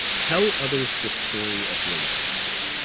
tell others the story of your loss,